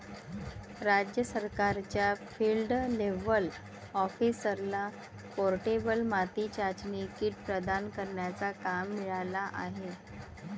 राज्य सरकारच्या field level ऑफिसरला पोर्टेबल माती चाचणी किट प्रदान करण्याचा काम मिळाला आहे